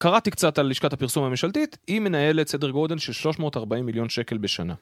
קראתי קצת על לשכת הפרסום הממשלתית, היא מנהלת סדר גודל של 340 מיליון שקל בשנה.